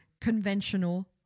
conventional